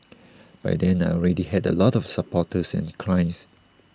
by then I already had A lot of supporters and clients